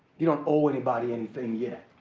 you don't owe anybody anything yet.